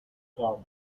garden